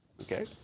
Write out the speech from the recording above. okay